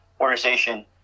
organization